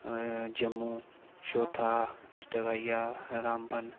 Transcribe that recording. जम्मू चौथा डिस्ट्रिक आई गेआ रामबन